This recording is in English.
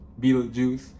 Beetlejuice